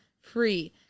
free